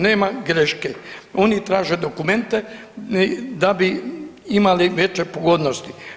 Nema greške, oni traže dokumente da bi imali veće pogodnosti.